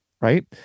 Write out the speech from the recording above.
right